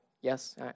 Yes